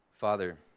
Father